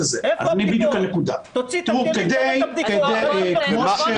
תראה את הבדיקות.